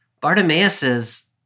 Bartimaeus